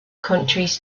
countries